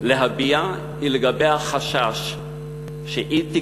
להביע היא לגבי החשש שאי-תקצוב